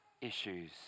issues